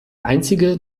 einzige